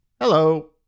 Hello